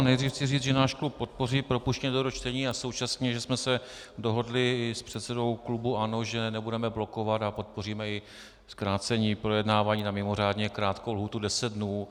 Nejdřív chci říct, že náš klub podpoří propuštění do druhého čtení, a současně, že jsme se dohodli i s předsedou klubu ANO, že nebudeme blokovat a podpoříme i zkrácení projednávání na mimořádně krátkou lhůtu 10 dnů.